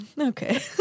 okay